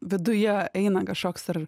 viduje eina kažkoks ar